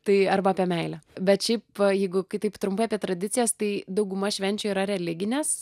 tai arba apie meilę bet šiaip jeigu kitaip trumpai apie tradicijas tai dauguma švenčių yra religinės